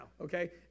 okay